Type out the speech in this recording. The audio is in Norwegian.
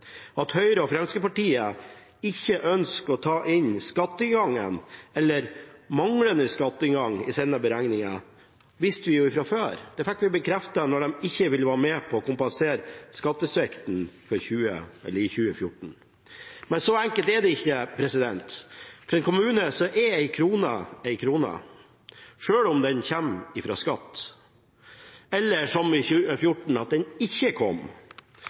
At Høyre og Fremskrittspartiet ikke ønsker å ta inn skatteinngangen – eller den manglende skatteinngangen – i sine beregninger, visste vi fra før. Det fikk vi bekreftet da de ikke ville være med på å kompensere skattesvikten i 2014. Men så enkelt er det ikke. For en kommune er en krone en krone, selv om den kommer fra skatt, eller som i 2014 – da den ikke kom.